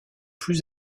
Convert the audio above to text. plus